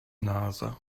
nase